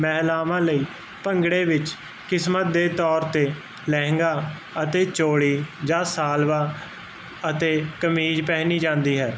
ਮਹਿਲਾਵਾਂ ਲਈ ਭੰਗੜੇ ਵਿੱਚ ਕਿਸਮਤ ਦੇ ਤੌਰ 'ਤੇ ਲਹਿਗਾ ਅਤੇ ਚੋਲੀ ਜਾਂ ਸਾਲਵਾ ਅਤੇ ਕਮੀਜ਼ ਪਹਿਣੀ ਜਾਂਦੀ ਹੈ